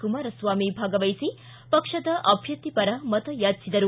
ಕುಮಾರಸ್ವಾಮಿ ಭಾಗವಹಿಸಿ ಪಕ್ಷದ ಅಭ್ಯರ್ಥಿ ಪರ ಮತ ಯಾಚಿಸಿದರು